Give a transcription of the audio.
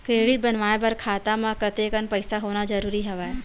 Credit बनवाय बर खाता म कतेकन पईसा होना जरूरी हवय?